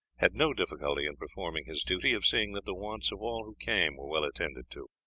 had no difficulty in performing his duty of seeing that the wants of all who came were well attended to.